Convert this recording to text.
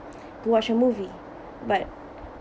to watch a movie but